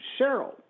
Cheryl